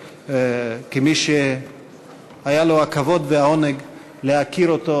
כמי שהיה לו הכבוד והעונג להכיר אותו